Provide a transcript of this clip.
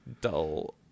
dull